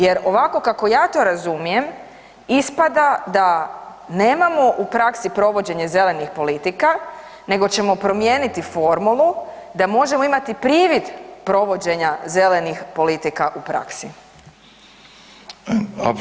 Jer ovako kako ja to razumijem ispada da nemamo u praksi provođenje zelenih politika nego ćemo promijeniti formulu da možemo imati privid provođenja zelenih politika u praksi.